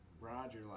Roger